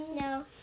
No